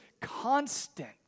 constant